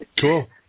Cool